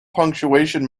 punctuation